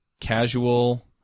casual